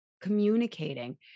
communicating